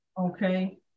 Okay